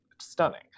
stunning